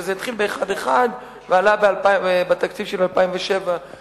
שהתחיל ב-1.1% ועלה בתקציב של 2007 ל-1.7%,